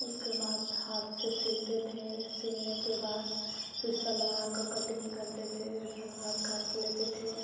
उसके बाद हाथ से सिलते थे सिलने के बाद फिर सलवार का कटिंग करते थे सलवार काट लेते थे